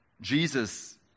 Jesus